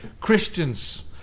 Christians